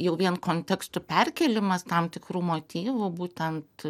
jau vien kontekstų perkėlimas tam tikrų motyvų būtent